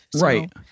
right